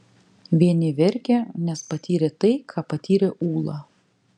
vieni verkė nes patyrė tai ką patyrė ūla